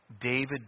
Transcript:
David